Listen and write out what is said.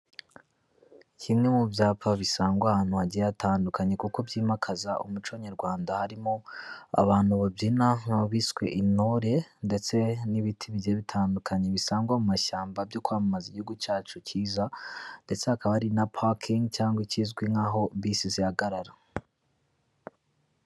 Kimwe mu byapa bisangwa ahantu hagiye hatandukanye kuko byimakaza umuco nyarwanda, harimo abantu babyina nk'aho biswe intore ndetse n'ibiti bitandukanye bisangwa mu mashyamba byo kwamamaza igihugu cyacu cyiza ndetse hakaba hari na pakingi cyangwa ikizwi nkaho bisi zihagarara.